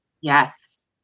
yes